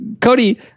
Cody